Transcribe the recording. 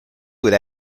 would